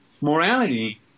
morality